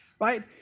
Right